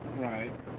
Right